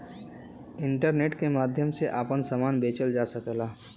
internet के माध्यम से आपन सामान बेचल जा सकला